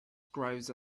grows